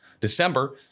December